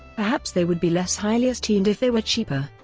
perhaps they would be less highly esteemed if they were cheaper.